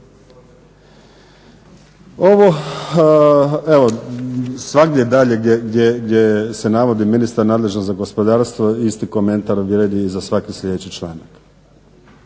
Ovo evo svagdje dalje gdje se navodi ministar nadležan za gospodarstvo isti komentar vrijedi i za svaki sljedeći članak.